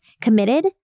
committed